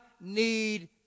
need